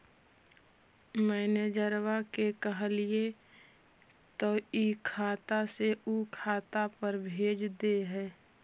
मैनेजरवा के कहलिऐ तौ ई खतवा से ऊ खातवा पर भेज देहै?